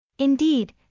Indeed